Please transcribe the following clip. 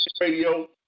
radio